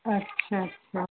अच्छा अच्छा